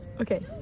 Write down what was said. Okay